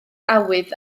awydd